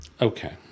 Okay